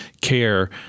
care